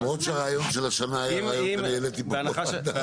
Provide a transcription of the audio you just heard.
למרות שהרעיון של השנה היה רעיון שאני העליתי פה בוועדה.